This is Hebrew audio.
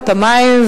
והמים,